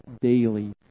daily